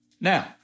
Now